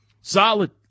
solid